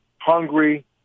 hungry